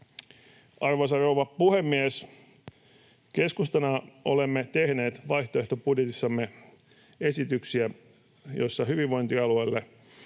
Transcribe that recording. Arvoisa rouva puhemies! Keskustana olemme tehneet vaihtoehtobudjetissamme esityksiä, joissa hyvinvointialueille